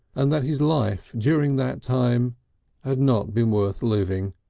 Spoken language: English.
and that his life during that time had not been worth living,